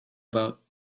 about